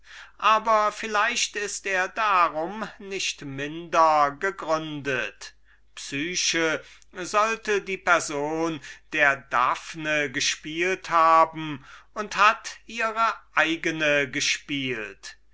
aber vielleicht ist er darum nicht minder gegründet psyche sollte die person der daphne gespielt haben und hat ihre eigene gespielt